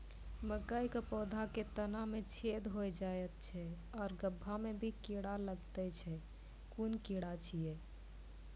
मकयक पौधा के तना मे छेद भो जायत छै आर गभ्भा मे भी कीड़ा लागतै छै कून कीड़ा छियै?